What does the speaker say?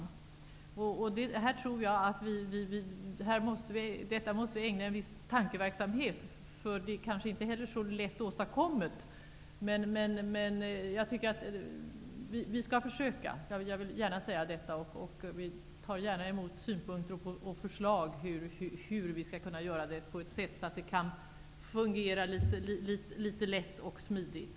Detta måste vi ägna en viss tankeverksamhet åt, för det är kanske inte heller så lätt åstadkommet. Men vi skall försöka. Jag vill gärna säga det. Vi tar gärna emot synpunkter på och förslag till hur vi skall göra det på ett sätt som gör att det hela kan fungera lätt och smidigt.